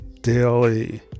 daily